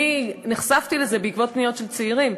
אני נחשפתי לזה בעקבות פניות של צעירים,